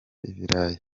ibirayi